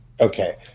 Okay